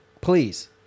please